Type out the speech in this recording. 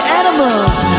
animals